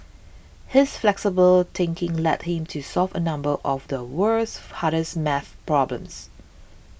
his flexible thinking led him to solve a number of the world's hardest math problems